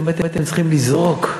אתם הייתם צריכים לזעוק,